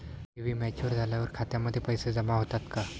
ठेवी मॅच्युअर झाल्यावर खात्यामध्ये पैसे जमा होतात का?